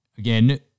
Again